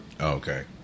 okay